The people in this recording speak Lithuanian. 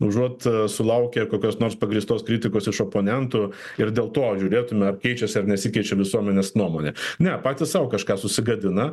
užuot sulaukę kokios nors pagrįstos kritikos iš oponentų ir dėl to žiūrėtume ar keičiasi ar nesikeičia visuomenės nuomonė ne patys sau kažką susigadina